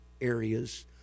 areas